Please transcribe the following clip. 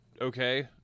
okay